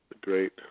great